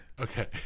Okay